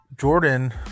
Jordan